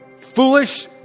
Foolish